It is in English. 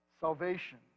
Salvation